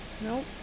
Nope